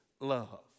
love